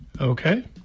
Okay